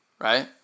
Right